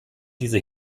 diese